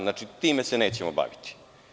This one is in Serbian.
Znači, time se nećemo baviti.